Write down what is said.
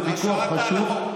זה ויכוח חשוב.